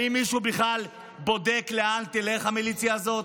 האם מישהו בכלל בודק לאן תלך המיליציה הזאת?